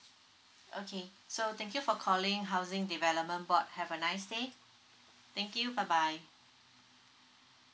okay so thank you for calling housing development board have a nice day thank you bye bye